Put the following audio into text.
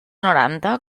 noranta